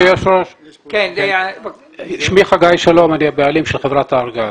אני הבעלים של חברת הארגז.